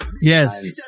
Yes